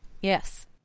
Yes